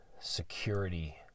security